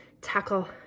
tackle